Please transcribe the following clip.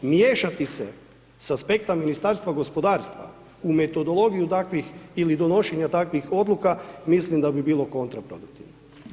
Miješati se s aspekta Ministarstva gospodarstva u metodologiju takvih ili donošenja takvih odluka, mislim da bi bilo kontraproduktivno.